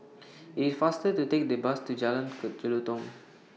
IT IS faster to Take The Bus to Jalan Jelutong